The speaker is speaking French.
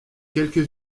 quelques